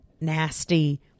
nasty